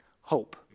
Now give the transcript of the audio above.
Hope